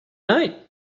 night